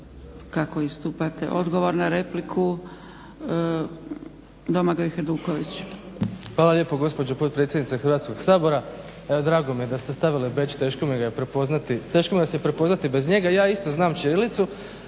kako istupate. Odgovor na repliku Domagoj Hajduković. **Hajduković, Domagoj (SDP)** Hvala lijepo gospođo potpredsjednice Hrvatskog sabora. Drago mi je da ste stavili bedž, teško mi vas je prepoznati bez njega. Ja isto znam ćirilicu,